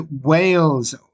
Wales